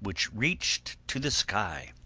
which reached to the sky.